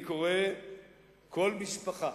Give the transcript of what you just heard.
אני קורא לכל משפחה